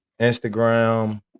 Instagram